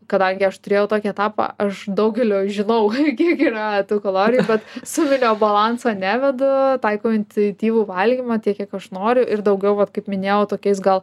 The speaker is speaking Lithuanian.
kadangi aš turėjau tokį etapą aš daugelio žinau kiek yra tų kalorijų bet suminio balanso nevedu taikau intuityvų valgymą tiek kiek aš noriu ir daugiau vat kaip minėjau tokiais gal